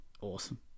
awesome